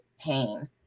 pain